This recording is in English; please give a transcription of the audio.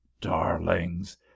darlings